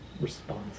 response